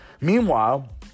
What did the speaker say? Meanwhile